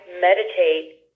meditate